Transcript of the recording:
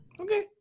Okay